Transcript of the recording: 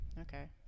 okay